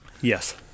Yes